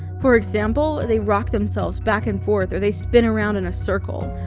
for example, they rock themselves back and forth or they spin around in a circle.